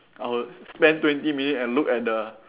I will spend twenty minute and look at the